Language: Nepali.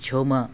छेउमा